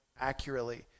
accurately